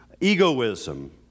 egoism